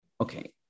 okay